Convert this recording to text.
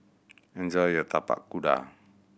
enjoy your Tapak Kuda